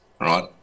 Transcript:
right